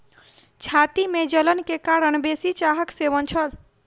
छाती में जलन के कारण बेसी चाहक सेवन छल